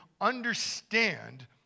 understand